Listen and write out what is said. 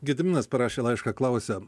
gediminas parašė laišką klausia